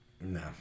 No